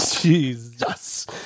Jesus